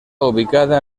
ubicada